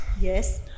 Yes